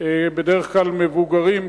בדרך כלל מבוגרים,